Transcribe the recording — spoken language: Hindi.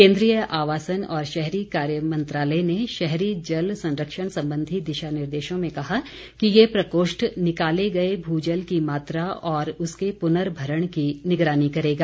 केन्द्रीय आवासन और शहरी कार्य मंत्रालय ने शहरी जल संरक्षण संबंधी दिशा निर्देशों में कहा कि यह प्रकोष्ठ निकाले गए भू जल की मात्रा और उसके पुनरभरण की निगरानी करेगा